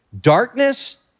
Darkness